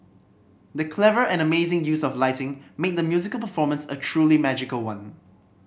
the clever and amazing use of lighting made the musical performance a truly magical one